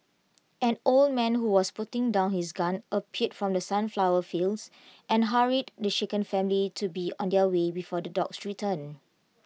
an old man who was putting down his gun appeared from the sunflower fields and hurried the shaken family to be on their way before the dogs return